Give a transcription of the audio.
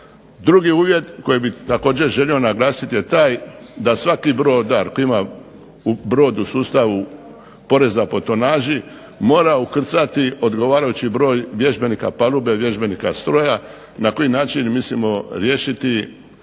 Drugi uvjet koji bih također želio naglasiti je taj da svaki brodar koji ima brod u sustavu poreza po tonaži mora ukrcati odgovarajući broj vježbenika palube, vježbenika stroja, na koji način mislimo riješiti